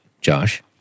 Josh